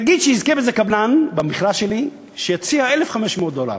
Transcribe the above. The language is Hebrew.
נגיד שבמכרז שלי יזכה קבלן שיציע 1,500 דולר.